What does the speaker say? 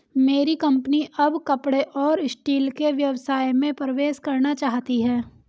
मेरी कंपनी अब कपड़े और स्टील के व्यवसाय में प्रवेश करना चाहती है